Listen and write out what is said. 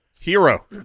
hero